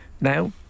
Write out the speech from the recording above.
now